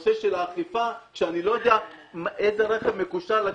שאני לא יודע איזה רכב מקושר.